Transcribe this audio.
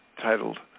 titled